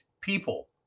people